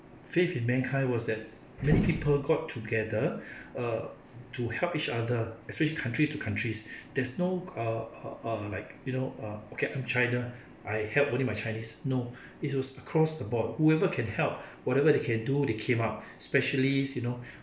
faith in mankind was that many people got together uh to help each other especially countries to countries there's no uh uh uh like you know uh okay I'm china I help only my chinese no it was across the board whoever can help whatever they can do they came up specialists you know